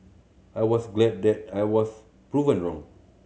I was glad that I was proven wrong